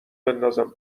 بندازم